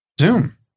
Zoom